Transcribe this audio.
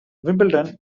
wimbledon